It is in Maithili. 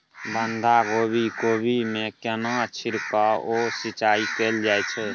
बंधागोभी कोबी मे केना छिरकाव व सिंचाई कैल जाय छै?